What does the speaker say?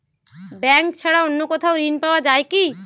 Bank ছাড়া অন্য কোথাও ঋণ পাওয়া যায় কি?